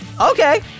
Okay